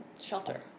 shelter